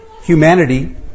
humanity